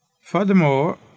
Furthermore